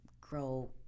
grow